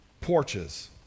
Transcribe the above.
porches